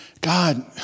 God